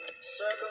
Circle